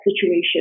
situation